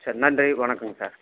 சரி நன்றி வணக்கம்ங்க சார்